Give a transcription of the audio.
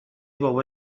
بابا